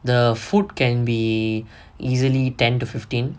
the food can be easily ten to fifteen